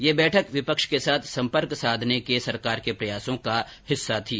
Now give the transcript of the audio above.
यह बैठक विपक्ष के साथ संपर्क साधने के सरकार के प्रयासों का हिस्सा थी